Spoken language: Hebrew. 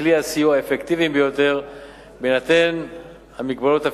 כלי הסיוע האפקטיביים ביותר בהינתן המגבלות הפיסקליות,